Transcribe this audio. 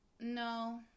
No